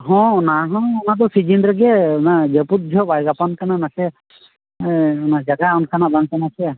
ᱦᱮᱸ ᱚᱱᱟ ᱦᱚᱸ ᱚᱱᱟ ᱫᱚ ᱥᱤᱡᱤᱱ ᱨᱮᱜᱮ ᱚᱱᱟ ᱡᱟᱹᱯᱩᱫ ᱡᱚᱦᱚᱜ ᱵᱟᱭ ᱜᱟᱯᱟᱢ ᱠᱟᱱᱟ ᱚᱱᱟᱛᱮ ᱡᱟᱭᱜᱟ ᱚᱱᱠᱟᱱᱟᱜ ᱵᱟᱝ ᱠᱟᱱᱟ ᱥᱮ